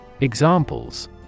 examples